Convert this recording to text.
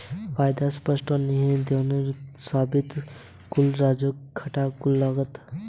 फायदा स्पष्ट और निहित दोनों लागतों सहित कुल राजस्व घटा कुल लागत के बराबर है